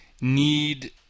need